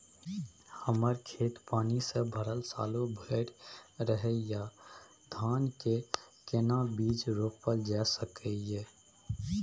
हमर खेत पानी से भरल सालो भैर रहैया, धान के केना बीज रोपल जा सकै ये?